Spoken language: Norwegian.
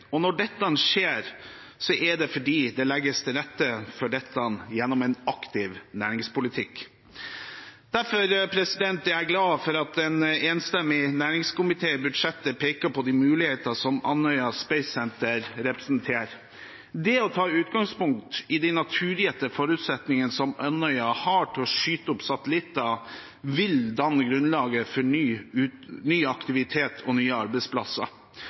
flere. Når det skjer, er det fordi det legges til rette for dette gjennom en aktiv næringspolitikk. Derfor er jeg glad for at en enstemmig næringskomité i budsjettet peker på de muligheter som Andøya Space Center representerer. Det å ta utgangspunkt i de naturgitte forutsetningene som Andøya har til å skyte opp satellitter, vil danne grunnlaget for ny aktivitet og nye arbeidsplasser.